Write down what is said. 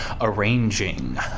arranging